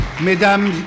Mesdames